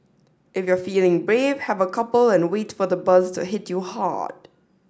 if you're feeling brave have a couple and wait for the buzz to hit you hard